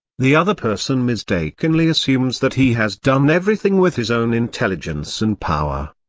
the other person mistakenly assumes that he has done everything with his own intelligence and power.